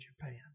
Japan